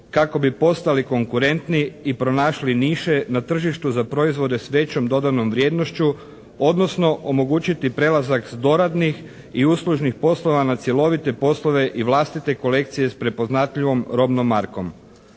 kako bi postali konkurentniji i pronašli niže na tržištu za proizvode sa većom dodatnom vrijednošću, odnosno omogućiti prelazak s doradnih i uslužnih poslova na cjelovite poslove i vlastite kolekcije s prepoznatljivom robnom markom.